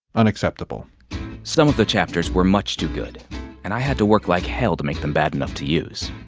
unacceptable some of the chapters were much too good and i had to work like hell to make them bad enough to use.